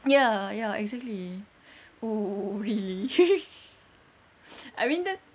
ya ya exactly oh really I mean then